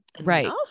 Right